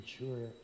mature